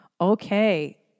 Okay